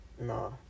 No